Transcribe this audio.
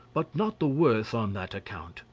but not the worse on that account.